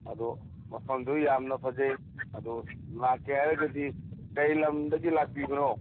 ꯑꯗꯣ ꯃꯐꯝꯗꯣ ꯌꯥꯝꯅ ꯐꯖꯩ ꯑꯗꯣ ꯂꯥꯛꯀꯦ ꯍꯥꯏꯔꯒꯗꯤ ꯀꯔꯤ ꯂꯝꯗꯒꯤ ꯂꯥꯛꯄꯤꯕꯅꯣ